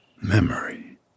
memory